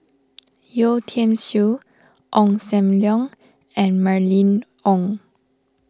Yeo Tiam Siew Ong Sam Leong and Mylene Ong